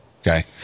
Okay